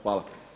Hvala.